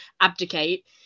abdicate